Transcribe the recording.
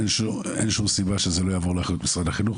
אין שום סיבה שזה לא יעבור לאחריות משרד החינוך,